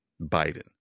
Biden